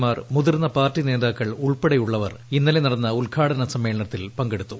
മാർ മുതിർന്ന പാർട്ടി നേത്രാക്കൾ ഉൾപ്പെടെയുള്ളവർ ഇന്നലെ നടന്ന ഉദ്ഘാടന സമ്മേളനത്തിൽ പങ്കെടുത്തു